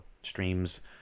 streams